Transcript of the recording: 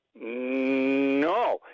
No